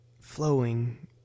flowing